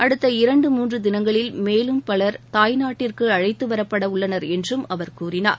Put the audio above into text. அடுத்த இரண்டு மூன்று தினங்களில் மேலும் பலர் தாய் நாட்டிற்கு அழைத்துவரப்படவுள்ளனர் என்றும் அவர் கூறினார்